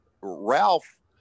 Ralph